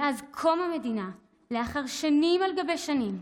מאז קום המדינה, לאחר שנים על גבי שנים.